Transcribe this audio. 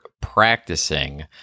practicing